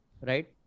right